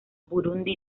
burundi